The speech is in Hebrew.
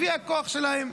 לפי הכוח שלהן,